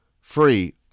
free